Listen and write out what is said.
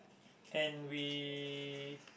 and we